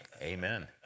Amen